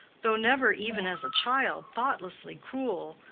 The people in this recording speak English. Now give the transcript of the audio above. though never even as a child thoughtlessly cruel,